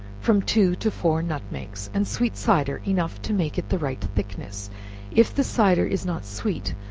from two to four nutmegs, and sweet cider enough to make it the right thickness if the cider is not sweet,